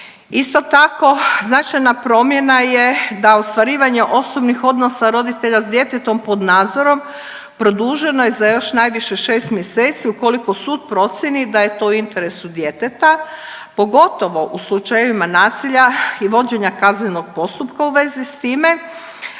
Isto tako značajna promjena je da ostvarivanje osobnih odnosa roditelja sa djetetom pod nadzorom produženo je za još najviše šest mjeseci ukoliko sud procijeni da je to u interesu djeteta pogotovo u slučajevima nasilja i vođenja kaznenog postupka u vezi sa time,